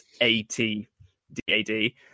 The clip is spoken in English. A-T-D-A-D